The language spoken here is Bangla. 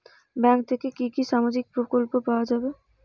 ব্যাঙ্ক থেকে কি কি সামাজিক প্রকল্প পাওয়া যাবে?